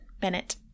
Bennett